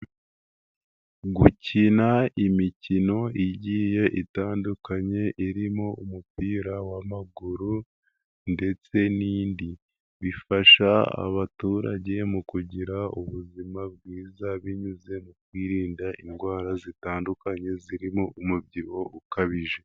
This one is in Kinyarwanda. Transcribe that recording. Gukina imikino igiye itandukanye irimo umupira w'amaguru ndetse n'indi bifasha abaturage mu kugira ubuzima bwiza binyuze mu kwirinda indwara zitandukanye zirimo umubyibuho ukabije.